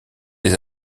des